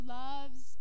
loves